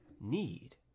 need